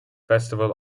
festival